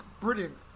brilliant